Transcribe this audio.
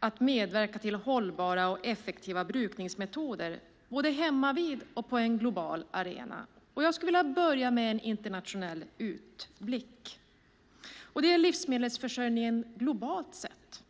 att medverka till hållbara och effektiva brukningsmetoder både hemmavid och på en global arena. Jag skulle vilja börja med en internationell utblick, och det är livsmedelsförsörjningen globalt sett.